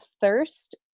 Thirst